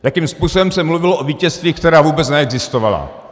Jakým způsobem se mluvilo o vítězstvích, která vůbec neexistovala.